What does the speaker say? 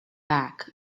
back